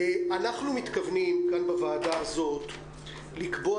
אנחנו מתכוונים כאן בוועדה הזאת לקבוע